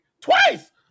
twice